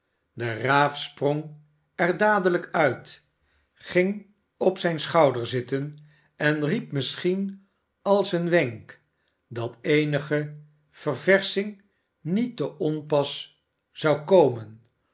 de raaf sprong er dadelijk uit ging op zijn schouder zitten en riep misschien als een wenk dat eenige verversching niet te onpas zou komen